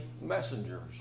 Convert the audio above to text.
messengers